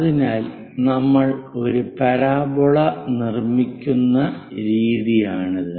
അതിനാൽ നമ്മൾ ഒരു പരാബോള നിർമ്മിക്കുന്ന രീതിയാണിത്